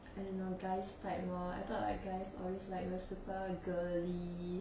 I don't know guys like more I thought like guys always like the super girly